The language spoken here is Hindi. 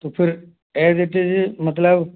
तो फिर एज इट इज मतलब